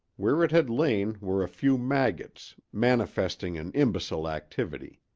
where it had lain were a few maggots, manifesting an imbecile activity.